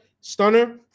stunner